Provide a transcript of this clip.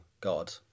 god